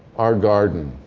our garden.